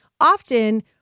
often